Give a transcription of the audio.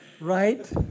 right